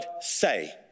Say